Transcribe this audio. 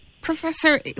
Professor